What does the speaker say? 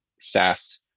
SaaS